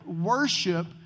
worship